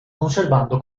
conservando